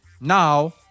Now